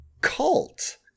cult